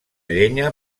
llenya